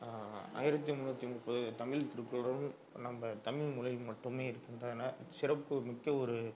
ஆயிரத்தி முந்நூற்றி முப்பது தமிழ் திருக்குறள் நம்ப தமிழ் மொழியில் மட்டுமே இருக்கின்றன சிறப்புமிக்க ஒரு